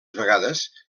vegades